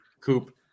Coop